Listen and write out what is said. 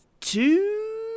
two